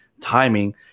timing